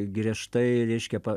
griežtai reiškia pa